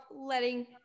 letting